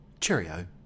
Cheerio